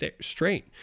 straight